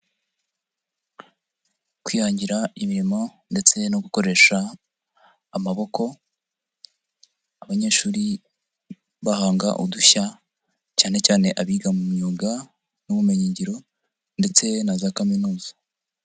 Kwihangira imirimo ndetse no gukoresha amaboko, abanyeshuri bahanga udushya cyane cyane abiga mu myuga n'ubumenyingiro ndetse na za kaminuza.